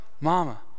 mama